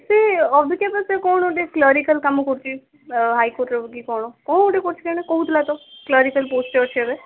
ସେ ଅବିକା ତ ସେ କ'ଣ ଗୋଟେ କ୍ଲରିକାଲ୍ କାମ କରୁଛି ହାଇକୋର୍ଟରେ କି କ'ଣ କ'ଣ ଗୋଟେ କରୁଛି କେଜାଣି କହୁଥିଲା ତ କ୍ଲରିକାଲ୍ ପୋଷ୍ଟରେ ଅଛି ଏବେ